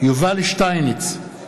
יובל שטייניץ,